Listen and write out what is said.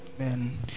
Amen